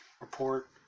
report